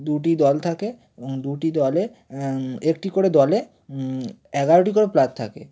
দুটি দল থাকে এবং দুটি দলে একটি করে দলে এগারোটি করে প্লেয়ার থাকে